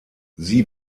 sie